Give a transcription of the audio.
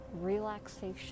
relaxation